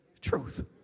truth